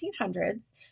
1800s